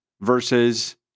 versus